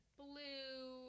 blue